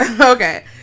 Okay